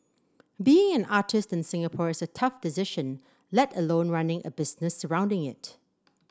being an artist in Singapore is a tough decision let alone running a business surrounding it